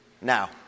Now